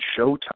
Showtime